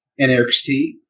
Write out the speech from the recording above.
NXT